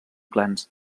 clans